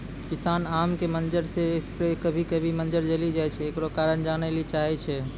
किसान आम के मंजर जे स्प्रे छैय कभी कभी मंजर जली जाय छैय, एकरो कारण जाने ली चाहेय छैय?